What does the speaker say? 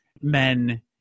men